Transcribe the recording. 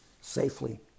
safely